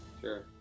sure